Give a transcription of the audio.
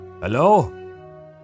Hello